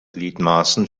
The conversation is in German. gliedmaßen